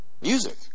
music